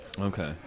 Okay